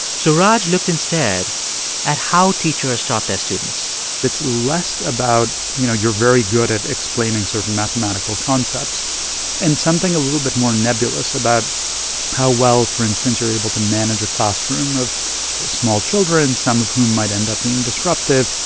so raj looked instead at how teachers taught their students it's less about, you know, you're very good at explaining certain mathematical concepts and something a little bit more nebulous about how well, for instance, you're able to manage a classroom of small children, some of whom might end up being disruptive.